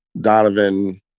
Donovan